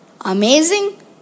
Amazing